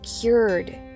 cured